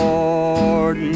Lord